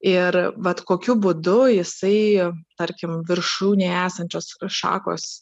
ir vat kokiu būdu jisai tarkim viršūnėj esančios šakos